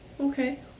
Okay